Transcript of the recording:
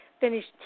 finished